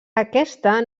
aquesta